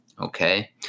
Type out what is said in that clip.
Okay